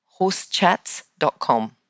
Horsechats.com